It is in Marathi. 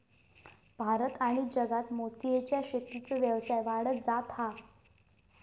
भारत आणि जगात मोतीयेच्या शेतीचो व्यवसाय वाढत जाता हा